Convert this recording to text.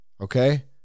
okay